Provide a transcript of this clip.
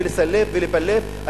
לסלף ולבלף.